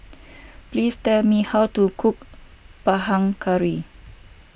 please tell me how to cook Panang Curry